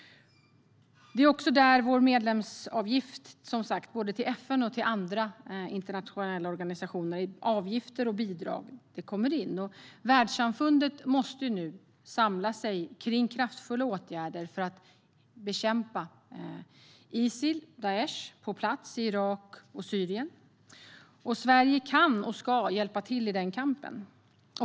Det är också där våra medlemsavgifter och bidrag, både till FN och till andra internationella organisationer, kommer in. Världssamfundet måste nu samla sig kring kraftfulla åtgärder för att bekämpa Isil, Daish, på plats i Irak och Syrien. Sverige kan och ska hjälpa till i den kampen.